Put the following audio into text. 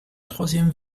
troisième